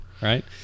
Right